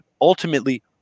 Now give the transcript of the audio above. ultimately